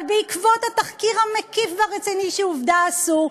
אבל בעקבות התחקיר המקיף והרציני ש"עובדה" עשו,